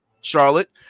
Charlotte